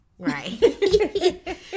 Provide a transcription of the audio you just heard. Right